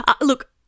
Look